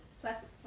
plus